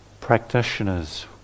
practitioners